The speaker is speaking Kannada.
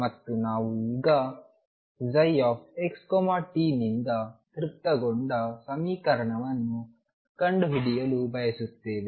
ಮತ್ತು ನಾವು ಈಗ ψxt ನಿಂದ ತೃಪ್ತಿಗೊಂಡ ಸಮೀಕರಣವನ್ನು ಕಂಡುಹಿಡಿಯಲು ಬಯಸುತ್ತೇವೆ